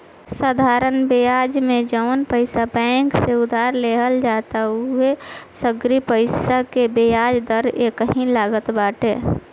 साधरण बियाज में जवन पईसा बैंक से उधार लेहल जात हवे उ सगरी पईसा के बियाज दर एकही लागत बाटे